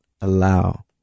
allow